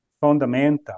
fundamental